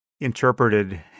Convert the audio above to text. interpreted